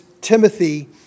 Timothy